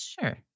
Sure